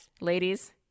Ladies